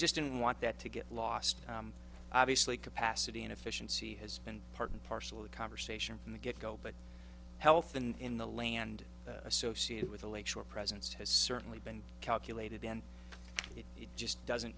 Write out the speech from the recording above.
just don't want that to get lost obviously capacity and efficiency has been part and parcel of conversation from the get go but health and in the land associated with the lake shore presence has certainly been calculated and it just doesn't